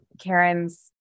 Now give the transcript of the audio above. Karen's